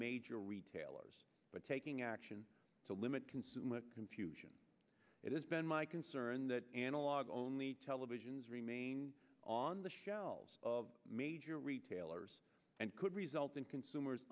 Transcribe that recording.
major retailers are taking action to limit consumer confusion it has been my concern that analog only televisions remain on the shelves of major retailers and could result in consumers